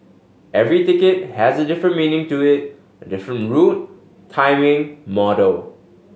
every ticket has a different meaning to it a different route timing model